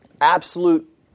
absolute